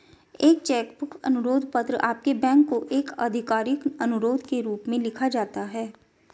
एक cheque book अनुरोध पत्र आपके बैंक को एक आधिकारिक अनुरोध के रूप में लिखा जाता है